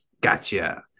gotcha